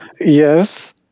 Yes